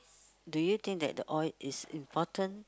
do you think that the oil is important